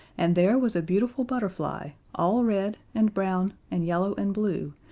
and there was a beautiful butterfly all red, and brown, and yellow, and blue,